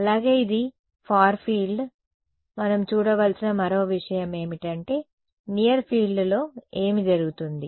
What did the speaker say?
అలాగే ఇది far field మనం చూడవలసిన మరో విషయం ఏమిటంటే నియర్ ఫీల్డ్లో ఏమి జరుగుతుంది